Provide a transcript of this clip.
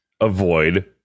avoid